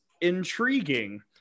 intriguing